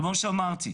כמו שאמרתי,